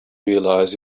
realize